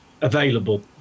available